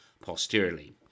posteriorly